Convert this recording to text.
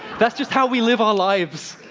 that's just how we live our lives!